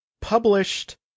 published